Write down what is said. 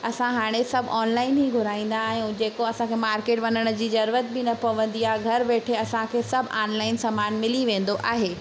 असां हाणे सभु ऑनलाइन ई घुराईंदा आहियूं जेको असांखे मार्केट वञण जी ज़रूरत आहे घर वेठे असांखे सभु ऑनलाइन समान मिली वेंदो आहे